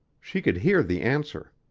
she could hear the answer.